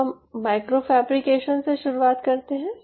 तो हम micro fabrication से शुरुआत करते हैं